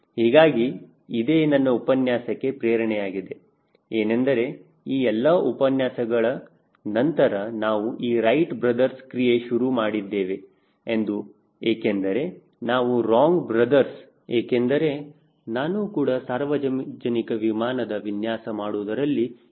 ಹೀಗಾಗಿ ಇದೆ ನನ್ನ ಉಪನ್ಯಾಸಕ್ಕೆ ಪ್ರೇರಣೆಯಾಗಿದೆ ಏನಂದರೆ ಈ ಎಲ್ಲಾ ಉಪನ್ಯಾಸಗಳ ನಂತರ ನಾವು ಈ ರೈಟ್ ಬ್ರದರ್ಸ್ Wright Brother's ಕ್ರಿಯೆ ಶುರು ಮಾಡಿದ್ದೇವೆ ಎಂದು ಏಕೆಂದರೆ ನಾನು ರಾಂಗ್ ಬ್ರದರ್ಸ್ wrong Brother's ಒಬ್ಬ ಏಕೆಂದರೆ ನಾನು ಕೂಡ ಸಾರ್ವಜನಿಕ ವಿಮಾನದ ವಿನ್ಯಾಸ ಮಾಡುವುದರಲ್ಲಿ ಸೋತಿದ್ದೇನೆ